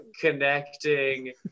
connecting